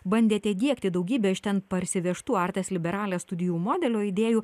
bandėte diegti daugybę iš ten parsivežtų artes liberales studijų modelio idėjų